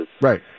Right